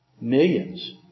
Millions